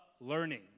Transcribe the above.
learning